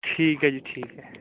ਠੀਕ ਹੈ ਜੀ ਠੀਕ ਹੈ